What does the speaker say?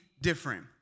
different